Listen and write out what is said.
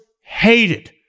hated